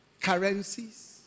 currencies